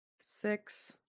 six